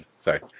sorry